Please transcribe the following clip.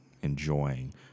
enjoying